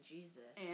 Jesus